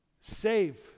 Save